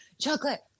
chocolate